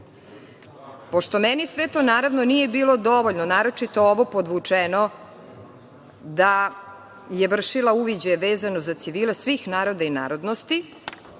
Račak. Pošto meni sve to, naravno nije bilo dovoljno, naročito ovo podvučeno, da je vršila uviđaje vezano za civile svih naroda i narodnosti,